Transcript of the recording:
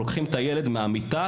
לוקחים את הילד מהמיטה,